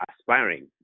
aspiring